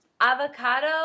Avocado